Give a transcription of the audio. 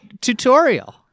tutorial